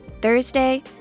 Thursday